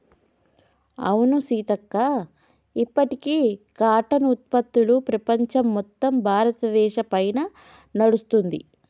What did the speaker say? అవును సీతక్క ఇప్పటికీ కాటన్ ఉత్పత్తులు ప్రపంచం మొత్తం భారతదేశ పైనే నడుస్తుంది